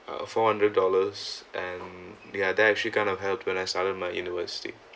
uh four hundred dollars and ya that actually kind of help when I started my university